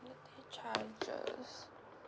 late pay charges